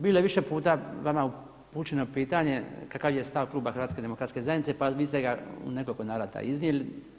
Bilo je više puta vama upućeno pitanje kakav je stav Kluba Hrvatske demokratske zajednice, pa vi ste ga u nekoliko navrata iznijeli.